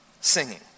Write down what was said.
singing